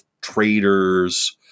traders